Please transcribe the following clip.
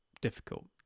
difficult